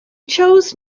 chose